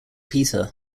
peter